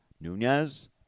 Nunez